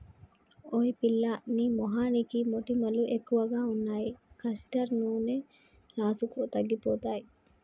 ఓయ్ పిల్లా నీ మొహానికి మొటిమలు ఎక్కువగా ఉన్నాయి కాస్టర్ నూనె రాసుకో తగ్గిపోతాయి